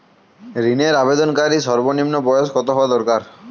ঋণের আবেদনকারী সর্বনিন্ম বয়স কতো হওয়া দরকার?